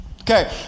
Okay